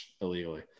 illegally